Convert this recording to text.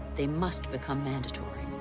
they must become mandatory.